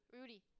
Rudy